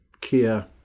Kia